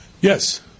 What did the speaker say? yes